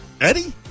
Eddie